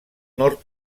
nord